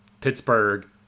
Pittsburgh